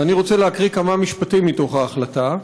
ואני רוצה להקריא כמה משפטים מתוך ההחלטה.